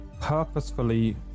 purposefully